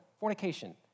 fornication